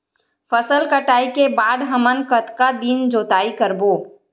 फसल कटाई के बाद हमन कतका दिन जोताई करबो?